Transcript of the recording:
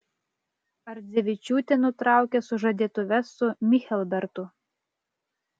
ardzevičiūtė nutraukė sužadėtuves su michelbertu